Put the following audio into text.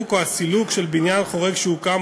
הפירוק או הסילוק של בניין חורג שהוקם